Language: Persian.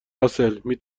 راسل، می